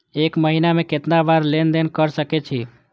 एक महीना में केतना बार लेन देन कर सके छी?